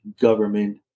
government